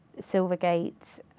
Silvergate